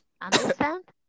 Understand